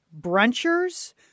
brunchers